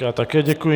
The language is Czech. Já také děkuji.